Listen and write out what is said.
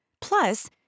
Plus